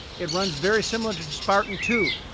it runs very similar to to spartan two.